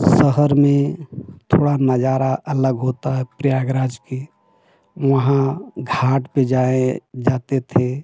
शहर में थोड़ा नजारा अलग होता है प्रयागराज के वहाँ घाट पर जाए जाते थे